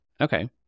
Okay